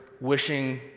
wishing